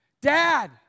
Dad